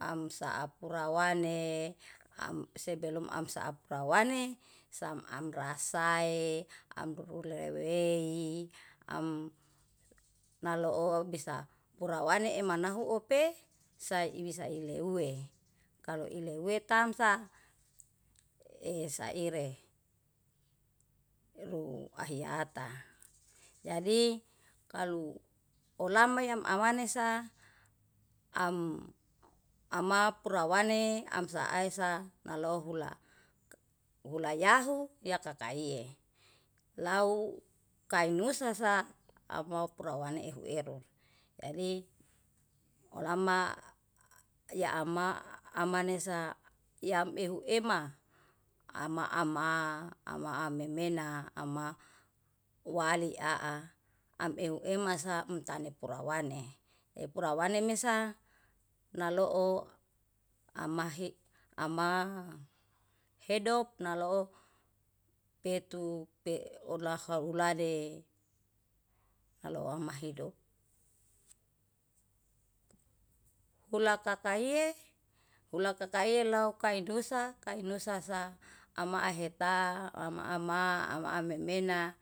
amsaapurawane, sebelum amsaapurawane sam amlasae amrurulewe, amrurulewei i amnaloo bisa purawane emanahu upe saiwe saile uwe. Kalo ileuwe tamsa e saire ru ahiyata, jadi kalu olama yamanesa ampurawane, amsaae sa nalohu la ulayahu yakakaie. Lau kainusasa amapurawani ehueru, jadi olama a yaama amanesa yam ehueama ama- ama ama amemena ama waliaa amehuema saem tani pura wani. E pura wani mesa naloo amahi, ama hedop nalo petu olaha ulane naloo mahidop. Hulakakaie hulakakaie lauw kai dusa, kai nusa sa amaaheta ama-ama ama amemena.